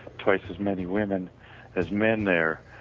twice as many women as men there,